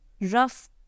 rough